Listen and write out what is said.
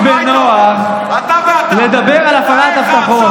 איך אתה מרגיש בנוח לדבר על הפרת הבטחות?